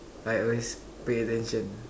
I always pay attention